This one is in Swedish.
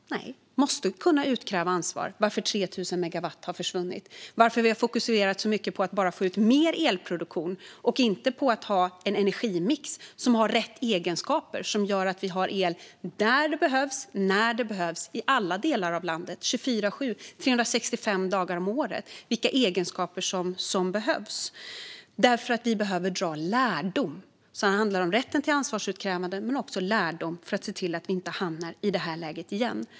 Nej, man måste kunna utkräva ansvar för varför 3 000 megawatt har försvunnit, varför vi har fokuserat så mycket på att bara få ut mer elproduktion och inte på att ha en energimix som har rätt egenskaper och som gör att vi har el där det behövs, när det behövs, i alla delar av landet, 24:7, 365 dagar om året, eller på vilka egenskaper som behövs. Det är för att vi behöver dra lärdom. Det handlar alltså om rätten till ansvarsutkrävande men också om lärdom, för att se till att vi inte hamnar i detta läge igen.